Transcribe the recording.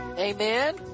amen